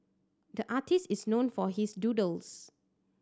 the artist is known for his doodles